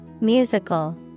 Musical